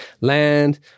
land